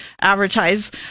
advertise